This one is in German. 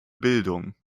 bildung